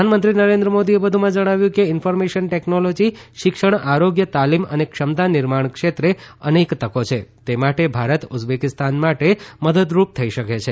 પ્રધાનમંત્રી નરેન્દ્રમોદીએ વધુમાં જણાવ્યું કે ઇન્ફોર્મેશન ટેકનોલોજી શિક્ષણ આરોગ્ય તાલીમ અને ક્ષમતા નિર્માણ ક્ષેત્રે અનેક તકો છે તે માટે ભારત ઉઝબેકીસ્તાન માટે મદદરૂપ થઇ શકે છે